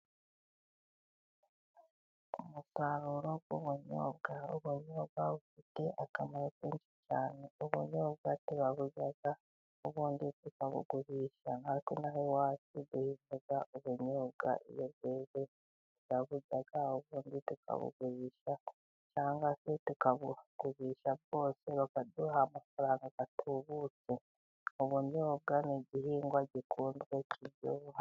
Umusaruro w'ubunyobwa. Ubunyobwa bufite akamaro kenshi cyane. Ubunyobwa turaburya , ubundi tukabugurisha. Nkatwe inaha iwacu, duhinga ubunyobwa. Iyo bweze, turaburya, ubundi tukabugurisha. Cyangwa se tukabugurisha bwose uko bakabaye, bakaduha amafaranga atubutse. Ubunyobwa ni igihingwa gikunzwe, kiryoha.